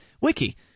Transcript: wiki